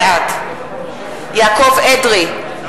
בעד יעקב אדרי,